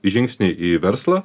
žingsnį į verslą